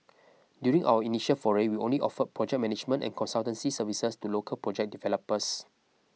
during our initial foray we only offered project management and consultancy services to local project developers